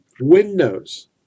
windows